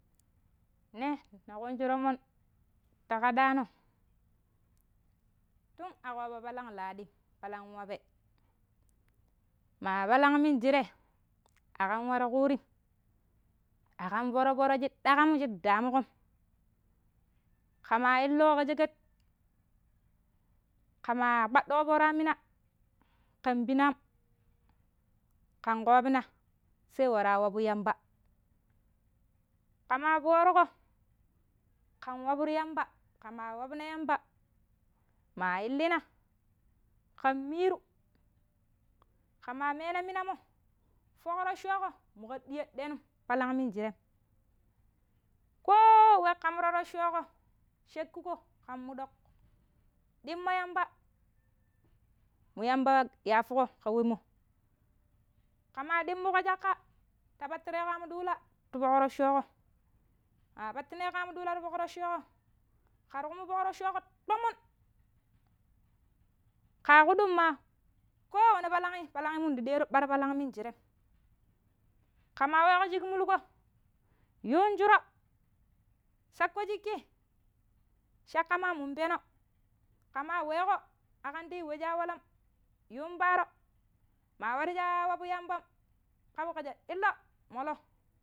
Ne, ne kunji to̱mo̱n ta kaɗaano tim a ƙoovo̱ palang ladim palan wabe maa palan minjire aƙam waro ƙuurim aƙan fo̱ro̱-fo̱ro̱ shi ɗakam shir damuƙom ƙe maa illuƙo ƙa sheket ƙe maa kpaɗɗuƙo fo̱ro̱ yammina ƙen pima̱ an ƙen koobina sai wara wabu yamba, ƙe maa fo̱o̱ruƙo ƙen waburu yamba, ƙe maa wabna yamba maa illina ƙen miiru ƙe maa meena mo̱ fo̱ƙro̱cco̱ƙo̱ munƙar ɗiya̱ denum palang minjirem koo we ƙam ta ro̱cco̱o̱ƙo̱ sha̱kkiko ƙam muɗoƙ, dimmo̱ yamba nu yamba yafuƙo ƙa wemmo̱ ƙe maa dimmuƙo caƙƙa ta pattireeƙo am ɗuula ti fo̱ƙro̱cco̱o̱ƙo maa pattineeƙo am ɗuula ti fo̱ƙro̱cco̱o̱ƙo, ƙira kumu fo̱ƙro̱cco̱o̱ƙo to̱mo̱n kaako̱udɗn ma ko wani palangi palangi mun di ɗeero̱ a̱ara palang minjire, ƙe maa weeƙo shik mulko, yun shuro̱ sako shikki caƙƙa ma muu peno̱, ƙe maa weeo̱o aƙam ta nyii we shi a walama yun paaro̱ maa warji ya wabu yambam, ka wakje ilo̱ mollo̱.